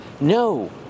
No